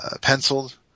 penciled